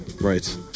Right